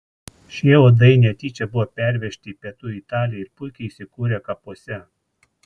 šie uodai netyčia buvo pervežti į pietų italiją ir puikiai įsikūrė kapuose